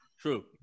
True